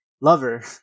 lover